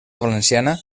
valenciana